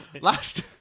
Last